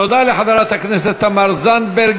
תודה לחברת הכנסת תמר זנדברג.